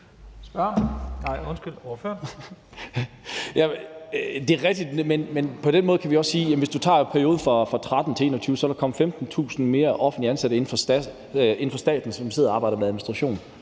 Men man kan også sige, at hvis man tager perioden fra 2013 til 2021, er der kommet 15.000 flere offentligt ansatte inden for staten, som sidder og arbejder med administration